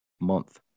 month